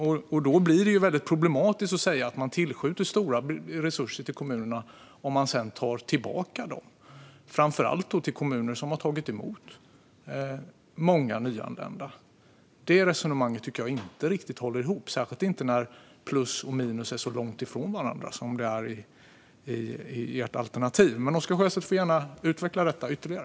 Därför blir det väldigt problematiskt att säga att man tillskjuter stora resurser till kommunerna om man sedan tar tillbaka dem - framför allt när det gäller kommuner som har tagit emot många nyanlända. Det resonemanget tycker jag inte riktigt håller ihop, särskilt inte när plus och minus är så långt ifrån varandra som i Sverigedemokraternas alternativ. Oscar Sjöstedt får dock gärna utveckla detta ytterligare.